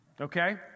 okay